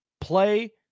play